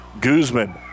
Guzman